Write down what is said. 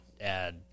add